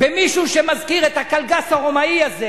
במישהו שמזכיר את הקלגס הרומאי הזה,